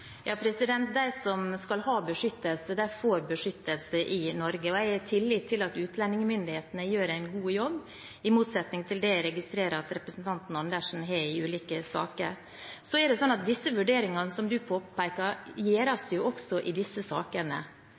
De som skal ha beskyttelse, de får beskyttelse i Norge. Jeg har tillit til at utlendingsmyndighetene gjør en god jobb, i motsetning til det jeg registrerer at representanten Andersen har i ulike saker. De vurderingene som dukker opp, gjøres også i disse sakene. Spørsmålet er hvorvidt det